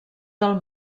del